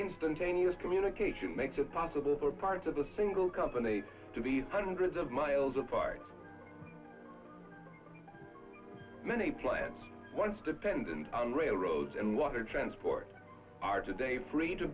instantaneous communication makes it possible for parts of the single company to be hundreds of miles apart many plants once dependent on railroads and water transport are today free to